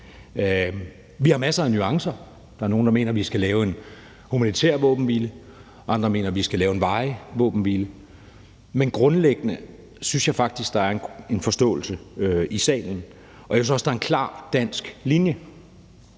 Der er masser af nuancer. Der er nogle, der mener, at vi skal lave en humanitær våbenhvile, og andre mener, at vi skal lave en varig våbenhvile. Men grundlæggende synes jeg faktisk, at der er en forståelse for det i salen, og jeg synes også, at der er en klar dansk linje